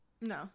No